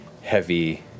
heavy